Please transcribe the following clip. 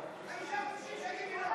הכנסת, חבר,